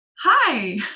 hi